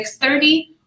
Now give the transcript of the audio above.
6.30